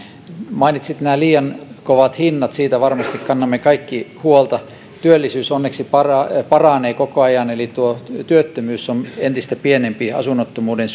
mainitsit nämä liian kovat hinnat siitä varmasti kannamme kaikki huolta työllisyys onneksi paranee paranee koko ajan eli työttömyys on entistä pienempi asunnottomuuden